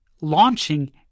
launching